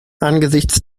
angesichts